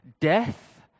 death